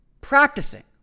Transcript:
practicing